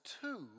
two